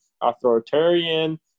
authoritarian